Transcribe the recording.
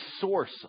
source